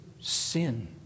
sin